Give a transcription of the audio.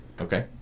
Okay